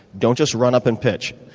don't just run up and pitch.